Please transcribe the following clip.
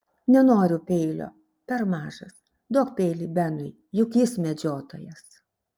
nenoriu peilio per mažas duok peilį benui juk jis medžiotojas